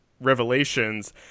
revelations